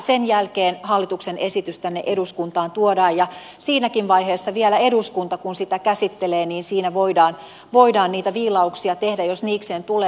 sen jälkeen hallituksen esitys tänne eduskuntaan tuodaan ja siinäkin vaiheessa vielä kun eduskunta sitä käsittelee voidaan niitä viilauksia tehdä jos niikseen tulee